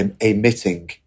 emitting